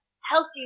healthy